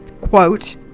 quote